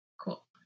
Cool